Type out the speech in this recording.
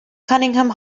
cunningham